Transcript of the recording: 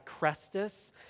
Crestus